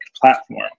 platform